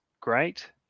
great